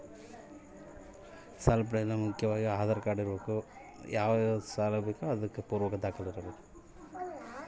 ಸಾಲ ಪಡೆಯಲು ಮುಖ್ಯವಾಗಿ ಏನು ಅರ್ಹತೆ ಇರಬೇಕು?